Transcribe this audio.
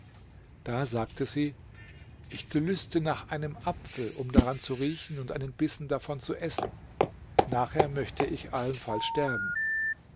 da sagte sie ich gelüste nach einem apfel um daran zu riechen und einen bissen davon zu essen nachher möchte ich allenfalls sterben